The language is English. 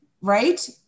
right